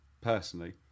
personally